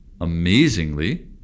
amazingly